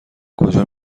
کجا